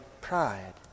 pride